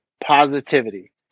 positivity